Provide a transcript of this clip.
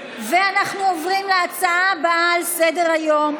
אנחנו עוברים להצעה הבאה על סדר-היום,